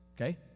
Okay